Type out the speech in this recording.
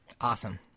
Awesome